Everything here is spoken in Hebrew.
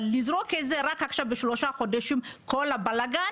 אבל לזרוק את זה רק בשלושה חודשים את כל הבלגן,